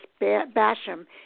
Basham